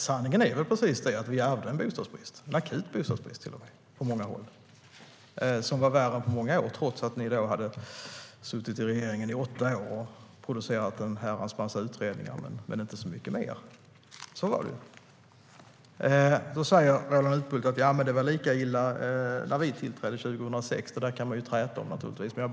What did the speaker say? Herr talman! Sanningen är att vi hade en bostadsbrist, en akut bostadsbrist till och med, på många håll som var värre än på många år. Ni hade suttit i regeringen i åtta år och producerat en herrans massa utredningar men inte så mycket mer. Då säger Roland Utbult att det var lika illa när de tillträdde 2006. Det kan man naturligtvis träta om.